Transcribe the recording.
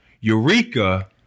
Eureka